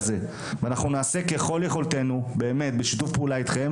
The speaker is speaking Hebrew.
אנחנו נעשה ככל יכולתנו - כמובן שבשיתוף פעולה איתכם